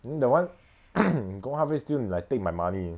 then that [one] go halfway still like take my money